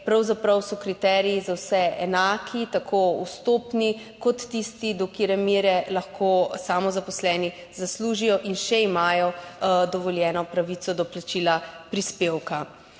pravzaprav kriteriji za vse enaki, tako vstopni kot tisti, do katere mere lahko samozaposleni zaslužijo in še imajo dovoljeno pravico do plačila prispevka.